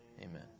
Amen